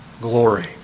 glory